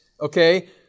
okay